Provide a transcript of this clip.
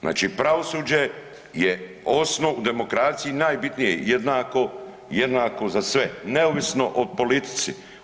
Znači pravosuđe je osnov u demokracije i najbitnije, jednako, jednako za sve neovisno o politici.